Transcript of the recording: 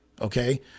okay